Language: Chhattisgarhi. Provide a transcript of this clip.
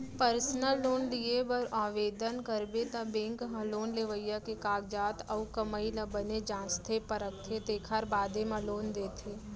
पर्सनल लोन लिये बर ओवदन करबे त बेंक ह लोन लेवइया के कागजात अउ कमाई ल बने जांचथे परखथे तेकर बादे म लोन देथे